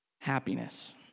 Happiness